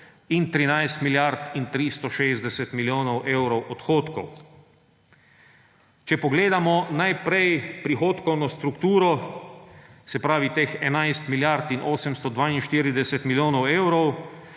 in 13 milijard in 360 milijonov evrov odhodkov. Če pogledamo najprej prihodkovno strukturo, se pravi, teh 11 milijard in 842 milijonov evrov,